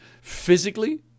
physically